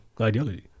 ideology